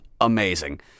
amazing